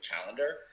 Calendar